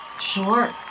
Sure